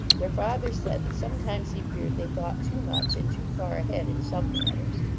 their father said that some times he feared they thought too much and too far ahead in some matters.